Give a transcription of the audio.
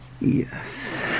Yes